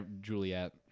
Juliet